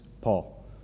Paul